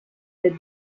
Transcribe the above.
der